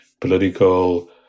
political